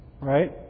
right